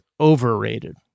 overrated